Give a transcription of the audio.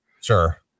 Sure